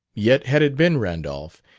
yet had it been randolph,